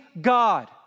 God